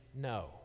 no